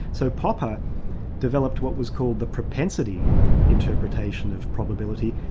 so popper developed what was called the propensity interpretation of probability,